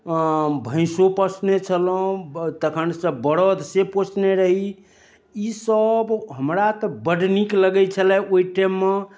भैसो पोसने छलहुँ तखन से बरद से पोसने रही ई सब हमरा तऽ बड नीक लगैत छलै ओहि टाइममे